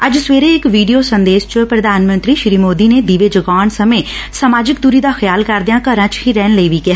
ਅੱਜ ਸਵੇਰੇ ਇਕ ਵੀਡੀਓ ਸੰਦੇਸ਼ ਚ ਪ੍ਰਧਾਨ ਮੰਤਰੀ ਸ੍ਰੀ ਮੋਦੀ ਨੇ ਦੀਵੇ ਜਗਾਉਣ ਸਮੇ ਸਮਾਜਿਕ ਦੁਰੀ ਦਾ ਖਿਆਲ ਕਰਦਿਆ ਘਰਾ ਚ ਹੀ ਰਹਿਣ ਲਈ ਵੀ ਕਿਹਾ